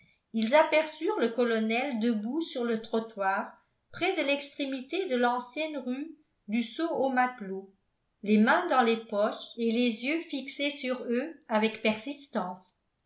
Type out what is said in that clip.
ils aperçurent le colonel debout sur le trottoir près de l'extrémité de l'ancienne rue du saut au matelot les mains dans les poches et les yeux fixés sur eux avec persistance